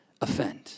offend